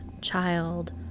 child